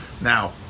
Now